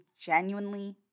genuinely